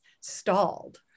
stalled